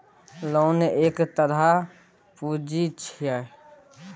loan एक तरहक पुंजी छै